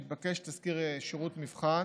והתבקש תסקיר שירות מבחן.